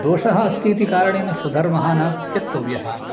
दोषः अस्ति इति कारणेन स्वधर्मः न त्यक्तव्यः